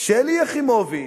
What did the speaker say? שלי יחימוביץ,